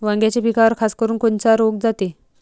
वांग्याच्या पिकावर खासकरुन कोनचा रोग जाते?